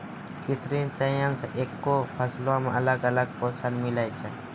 कृत्रिम चयन से एक्के फसलो मे अलग अलग पोषण मिलै छै